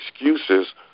excuses